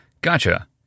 Gotcha